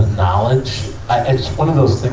knowledge it's one of those